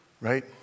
right